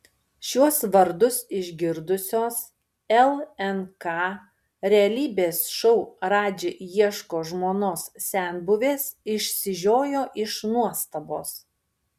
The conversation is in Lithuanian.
šiuos vardus išgirdusios lnk realybės šou radži ieško žmonos senbuvės išsižiojo iš nuostabos